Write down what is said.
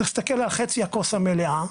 צריך להסתכל על חצי הכוס המלאה.